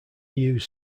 use